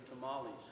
tamales